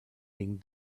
being